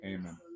Amen